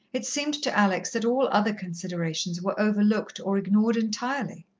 it seemed to alex that all other considerations were overlooked or ignored entirely.